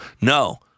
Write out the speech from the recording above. No